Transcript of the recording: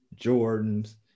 Jordans